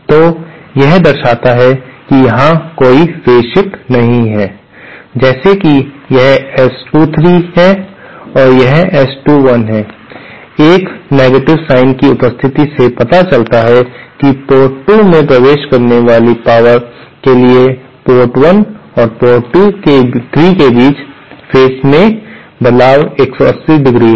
तो यह दर्शाता है कि यहां कोई फेज शिफ्ट नहीं है जैसे कि यह S 23 है और यह S21 है एक नेगेटिव साइन की उपस्थिति से पता चलता है कि पोर्ट 2 में प्रवेश करने वाले पावर के लिए पोर्ट 1 और 3 के बीच फेज में बदलाव 180 ° है